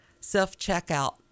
self-checkout